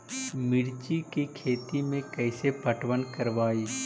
मिर्ची के खेति में कैसे पटवन करवय?